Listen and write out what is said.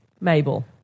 Mabel